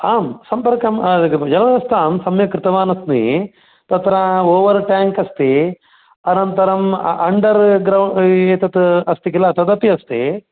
आम् सम्पर्कं जलव्यवस्थां सम्यक् कृतवान् अस्मि तत्र ओवर् टेङ्क् अस्ति अनन्तरम् अण्डर् ग्रौण्ड् एतत् अस्ति किल तदपि अस्ति